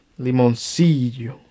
limoncillo